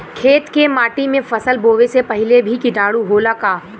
खेत के माटी मे फसल बोवे से पहिले भी किटाणु होला का?